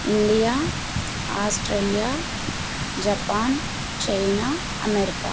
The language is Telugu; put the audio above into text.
India Australia Japan China America